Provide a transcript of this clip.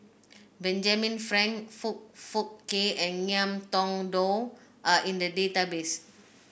Benjamin Frank Foong Fook Kay and Ngiam Tong Dow are in the database